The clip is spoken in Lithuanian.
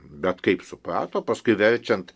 bet kaip suprato paskui verčiant